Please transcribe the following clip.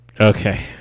Okay